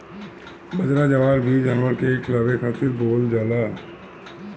बजरा, जवार भी जानवर के खियावे खातिर बोअल जाला